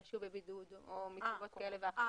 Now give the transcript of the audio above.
שהוא בבידוד או מסיבות כאלה ואחרות.